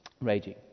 raging